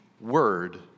word